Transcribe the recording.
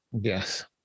Yes